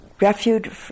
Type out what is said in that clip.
Refuge